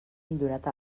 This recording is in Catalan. millorat